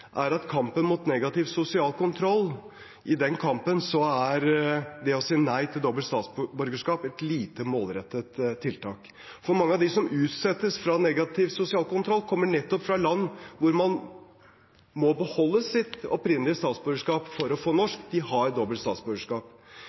at i kampen mot negativ sosial kontroll er det å si nei til dobbelt statsborgerskap et lite målrettet tiltak, for mange av dem som utsettes for negativ sosial kontroll, kommer nettopp fra land hvor man må beholde sitt opprinnelige statsborgerskap for å få et norsk – de har dobbelt statsborgerskap.